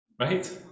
right